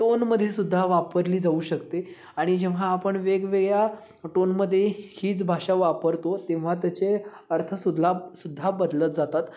टोनमध्येसुद्धा वापरली जाऊ शकते आणि जेव्हा आपण वेगवेगळ्या टोनमध्ये हीच भाषा वापरतो तेव्हा त्याचे अर्थसुदला सुद्धा बदलत जातात